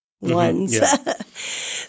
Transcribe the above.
ones